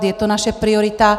Je to naše priorita.